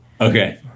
Okay